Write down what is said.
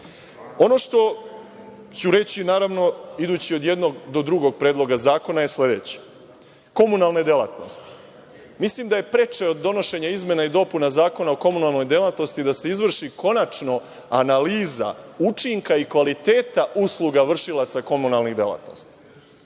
što ću reći idući od jednog do drugog predloga zakona je sledeće, komunalne delatnosti, mislim da je preče od donošenja izmena i dopuna Zakona o komunalnoj delatnosti da se izvrši konačno analiza učinka i kvaliteta usluga vršilaca komunalnih delatnosti. Hoćemo